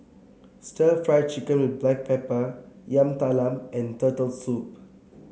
stir Fry Chicken with Black Pepper Yam Talam and Turtle Soup